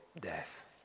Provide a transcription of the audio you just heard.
death